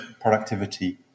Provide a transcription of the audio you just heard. productivity